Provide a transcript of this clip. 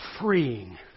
freeing